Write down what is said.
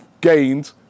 gained